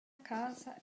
casa